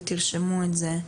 ותרשמו את זה,